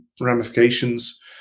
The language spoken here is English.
ramifications